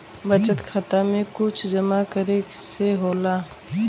बचत खाता मे कुछ जमा करे से होला?